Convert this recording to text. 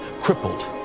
crippled